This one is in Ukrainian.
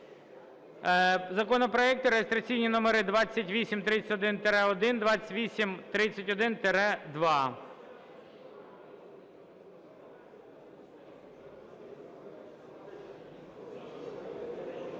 законопроекти (реєстраційні номери 2831-1, 2831-2).